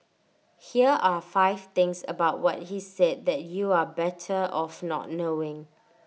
here are five things about what he said that you are better off not knowing